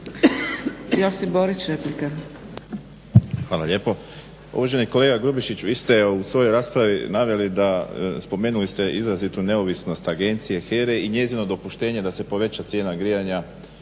Josip (HDZ)** Hvala lijepo. Uvaženi kolega Grubišiću vi ste u svojoj raspravi spomenuli ste izrazito neovisnost agencije HERA-e i njezino dopuštenje da se poveća cijena grijanja